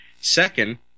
second